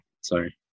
Sorry